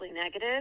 negative